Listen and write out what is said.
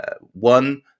One